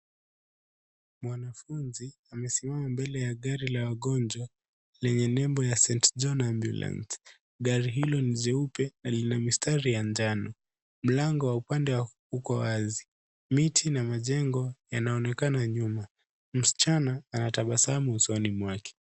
Mwanafunzi amesimama mbele ya gari la wagonjwa lenye nembo ya St. Johns Ambulance. Gari hilo ni jeupe na lina mistari ya njano, mlango waupande uko wazi, miti na majengo yanaonekana nyuma. Msichana anatabasamu usoni mwake.